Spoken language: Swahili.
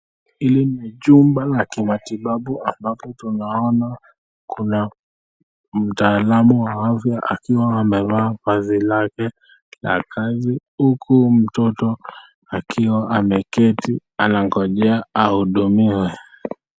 Hili ni chumba la kimatibabu ambapo tunaona kuna mtaalamu wa afya akiwa amevaa vazi lake za kazi huku mtoto akiwa ameketi anangojea ahudumiwe.